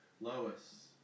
Lois